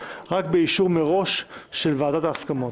רק באישור מראש של ועדת ההסכמות.